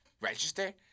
register